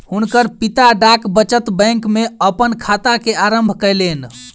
हुनकर पिता डाक बचत बैंक में अपन खाता के आरम्भ कयलैन